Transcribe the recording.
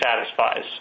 satisfies